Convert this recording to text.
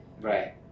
Right